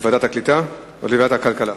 לוועדת הקליטה או לוועדת הכלכלה?